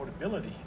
affordability